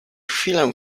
chwilę